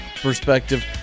perspective